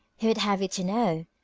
he would have you to know,